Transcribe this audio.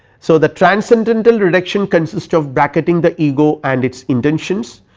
so the transcendental reduction consist of bracketing the ego and its intentions,